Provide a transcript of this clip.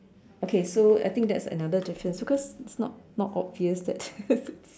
okay so I think that's another difference because that's not not obvious that